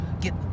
get